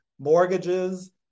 Mortgages